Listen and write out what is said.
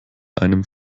einem